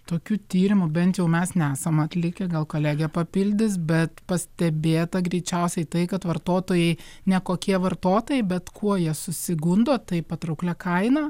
tokių tyrimų bent jau mes nesam atlikę gal kolegė papildys bet pastebėta greičiausiai tai kad vartotojai ne kokie vartotojai bet kuo jie susigundo taip patrauklia kaina